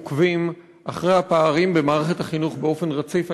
עוקבים אחר הפערים במערכת החינוך באופן רציף.